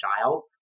child